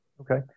Okay